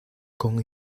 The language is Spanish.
con